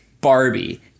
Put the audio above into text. Barbie